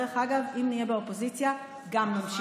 ודרך אגב, אם נהיה באופוזיציה גם נמשיך,